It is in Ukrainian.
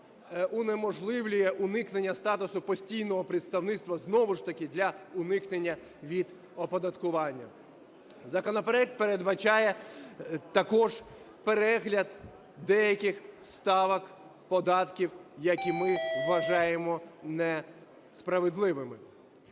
унеможливлює уникнення статусу постійного представництва знову ж таки для уникнення від оподаткування. Законопроект передбачає також перегляд деяких ставок податків, які ми вважаємо несправедливими.